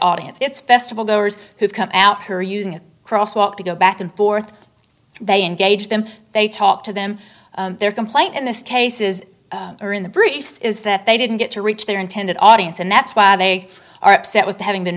audience it's festival goers who come out here using a cross walk to go back and forth they engage them they talk to them their complaint in this case is or in the briefs is that they didn't get to reach their intended audience and that's why they are upset with having been